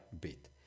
bit